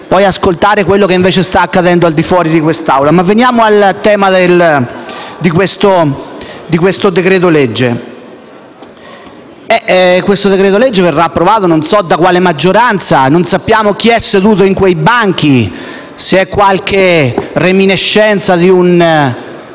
poi ascoltare quello che invece sta accadendo al di fuori di quest'Aula. Ma veniamo al tema di questo decreto-legge. Questo decreto-legge verrà convertito, non so da quale maggioranza. Non sappiamo chi sia seduto in quei banchi e se sia qualche reminiscenza di un